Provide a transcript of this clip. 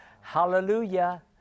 hallelujah